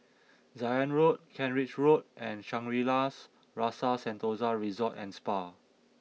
Zion Road Kent Ridge Road and Shangri La's Rasa Sentosa Resort and Spa